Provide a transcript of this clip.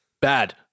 Bad